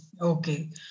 Okay